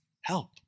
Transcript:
help